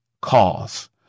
cause